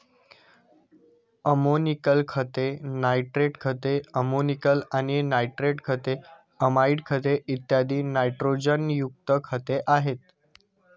ammoniacal खते, nitrate खते, ammoniacal आणि नायट्रेट खते, अमाइड खते, इत्यादी नायट्रोजनयुक्त खते आहेत